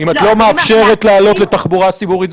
אם את לא מאפשרת להעלות לתחבורה הציבורית,